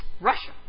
Russia